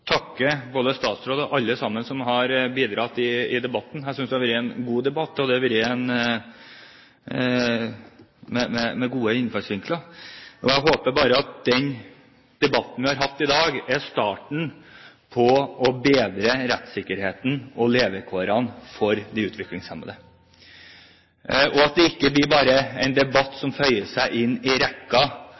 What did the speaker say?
debatt med gode innfallsvinkler. Jeg håper bare at den debatten vi har hatt i dag, er starten på å bedre rettssikkerheten og levekårene for de utviklingshemmede, og at det ikke bare blir en debatt som føyer seg inn i rekken